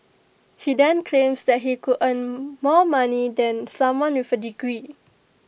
he then claims that he could earn more money than someone with A degree